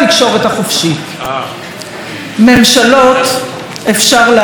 ממשלות אפשר להחליף, ובמקרה הזה זה רצוי וחשוב.